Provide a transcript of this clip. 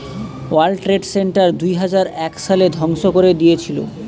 world trade centre দুইহাজার এক সালে ধ্বংস করে দিয়েছিলো